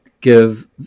give